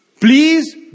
please